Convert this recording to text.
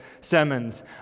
sermons